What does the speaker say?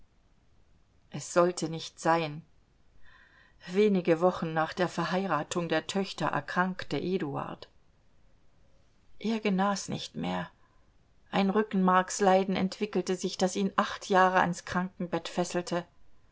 es sollte nicht sein wenige wochen nach der verheiratung der töchter erkrankte eduard er genas nicht mehr ein rückenmarksleiden entwickelte sich das ihn acht jahre an's krankenbett fesselte